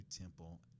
temple